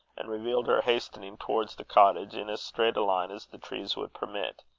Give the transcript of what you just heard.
and revealed her hastening towards the cottage in as straight a line as the trees would permit,